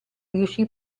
riuscì